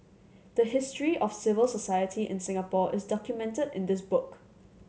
the history of civil society in Singapore is documented in this book